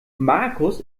markus